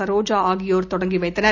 சரோஜாஆகியோர் தொடங்கிவைத்தனர்